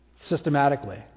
systematically